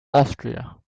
austria